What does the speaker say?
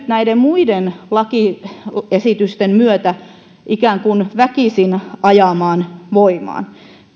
näiden muiden lakiesitysten myötä ikään kuin väkisin ajamaan voimaan